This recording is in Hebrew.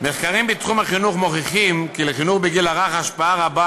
מחקרים בתחום החינוך מוכיחים כי לחינוך בגיל הרך השפעה רבה